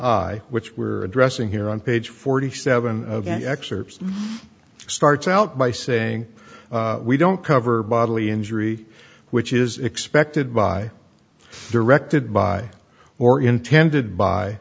i which we're addressing here on page forty seven of an excerpt starts out by saying we don't cover bodily injury which is expected by directed by or intended by